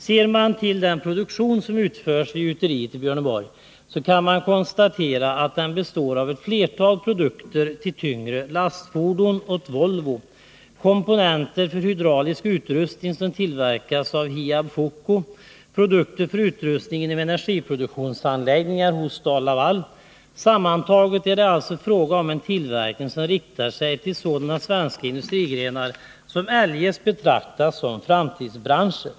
Ser man till den produktion som utförs vid gjuteriet i Björneborg, kan man konstatera att den består av ett flertal produkter till tyngre lastfordon åt Volvo, komponenter för hydraulisk utrustning som tillverkas av Hiab-Foco och produkter för utrustningen inom energiproduktionsanläggningar hos STAL-LAVAL. Sammantaget är det alltså fråga om en tillverkning som riktar sig till sådana svenska industrigrenar som eljest betraktas som framtidsbranscher.